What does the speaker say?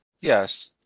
yes